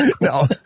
No